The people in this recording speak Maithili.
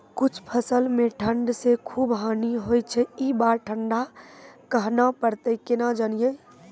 कुछ फसल मे ठंड से खूब हानि होय छैय ई बार ठंडा कहना परतै केना जानये?